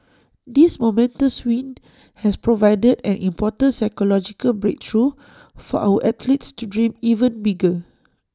this momentous win has provided an important psychological breakthrough for our athletes to dream even bigger